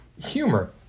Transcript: humor